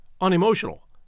unemotional